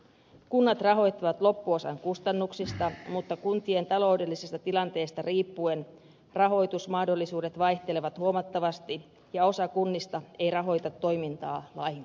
kunnat rahoittavat loppuosan kustannuksista mutta kuntien taloudellisesta tilanteesta riippuen rahoitusmahdollisuudet vaihtelevat huomattavasti ja osa kunnista ei rahoita toimintaa lainkaan